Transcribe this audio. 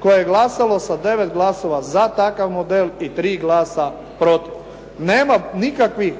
koje je glasalo sa 9 glasova za takav model i 3 glasa protiv. Nema nikakvih